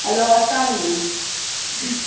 hello اسلامُ علیکُم